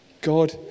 God